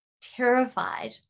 terrified